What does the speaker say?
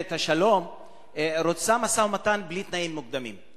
השלום רוצה משא-ומתן בלי תנאים מוקדמים.